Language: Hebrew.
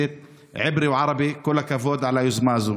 עברית וערבית.) כל הכבוד על היוזמה הזאת.